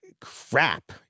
crap